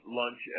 lunch